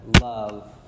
love